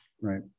Right